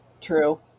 True